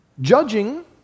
judging